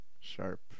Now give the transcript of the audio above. sharp